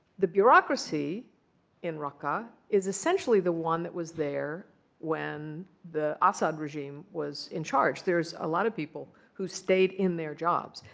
the bureaucracy in raqqa is essentially the one that was there when the assad regime was in charge. there's a lot of people who stayed in their jobs.